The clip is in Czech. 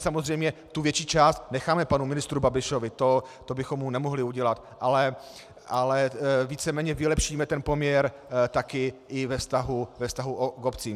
Samozřejmě větší část necháme panu ministru Babišovi, to bychom mu nemohli udělat, ale víceméně vylepšíme ten poměr taky i ve vztahu k obcím.